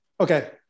Okay